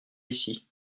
ici